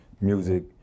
music